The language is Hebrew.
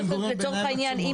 לצורך העניין,